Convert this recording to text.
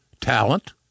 talent